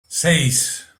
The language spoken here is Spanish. seis